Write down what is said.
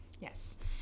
Yes